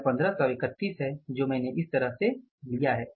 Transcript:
यह 1531 है जो मैंने इस तरह से लिया है